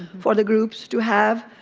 for the groups to have.